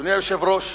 אדוני היושב-ראש,